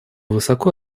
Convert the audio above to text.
высоко